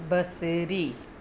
बसरी